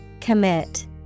Commit